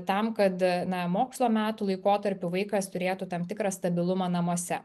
tam kad na mokslo metų laikotarpiu vaikas turėtų tam tikrą stabilumą namuose